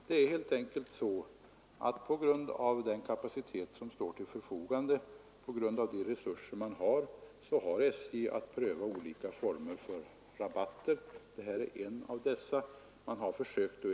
Det är helt enkelt så att SJ med hänsyn till den kapacitet man har och de resurser som står till förfogande har att pröva olika former för rabatter. Detta är just en sådan rabatt.